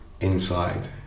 inside